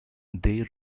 they